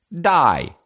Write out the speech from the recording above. Die